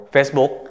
Facebook